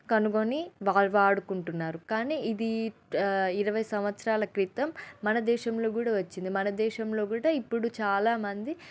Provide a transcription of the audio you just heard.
కనుగొని వాళ్ళు వాడుకుంటున్నారు కానీ ఇది ఇరవై సంవత్సరాల క్రితం మన దేశంలో కూడా వచ్చింది మన దేశంలో కూడా ఇప్పుడు చాలా మంది